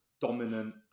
dominant